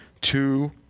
two